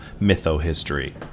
mytho-history